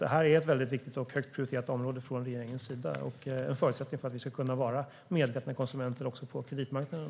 Det här är ett väldigt viktigt och högt prioriterat område för regeringen och en förutsättning för att vi ska kunna vara medvetna konsumenter också på kreditmarknaden.